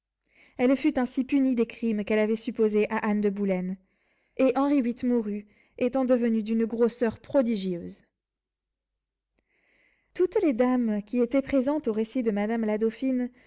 elle fut ainsi punie des crimes qu'elle avait supposés à anne de boulen et henri viii mourut étant devenu d'une grosseur prodigieuse toutes les dames qui étaient présentes au récit de madame la dauphine